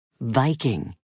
Viking